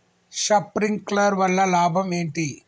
Sprinkler వల్ల లాభం ఏంటి?